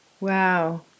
Wow